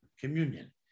communion